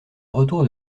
retour